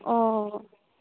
অঁ